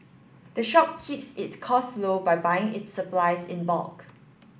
the shop keeps its costs low by buying its supplies in bulk